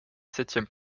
septième